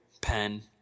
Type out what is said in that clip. pen